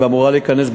אמורה להיכנס,